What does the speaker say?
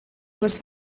was